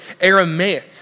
Aramaic